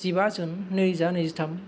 जिबा जुन नैरोजा नैजिथाम